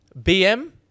BM